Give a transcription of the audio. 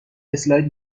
اسلاید